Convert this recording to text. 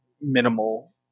minimal